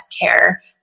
care